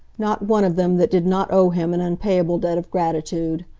not one of them that did not owe him an unpayable debt of gratitude.